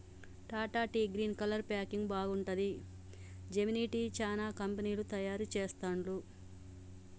Tata tea green colour packing బాగుంటది, Gemini tea, చానా కంపెనీలు తయారు చెస్తాండ్లు